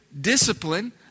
Discipline